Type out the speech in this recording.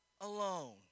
alone